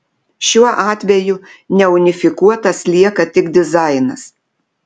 šiuo atveju neunifikuotas lieka tik dizainas